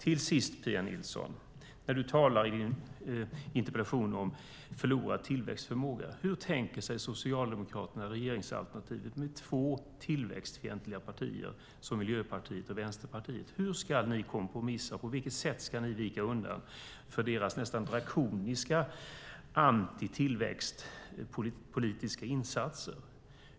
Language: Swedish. I din interpellation talar du om förlorad tillväxtförmåga, Pia Nilsson. Hur tänker sig Socialdemokraterna regeringsalternativet med två tillväxtfientliga partier som Miljöpartiet och Vänsterpartiet? Hur ska ni kompromissa? På vilket sätt ska ni vika undan för deras nästan drakoniska antitillväxtpolitiska insatser?